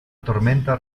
tormenta